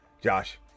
Josh